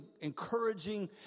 encouraging